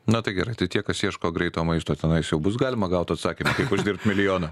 na tai gerai tai tie kas ieško greito maisto tenais jau bus galima gaut atsakymą kaip uždirbt milijoną